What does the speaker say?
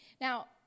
Now